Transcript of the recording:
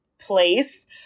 place